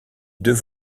deux